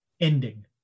ending